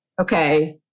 okay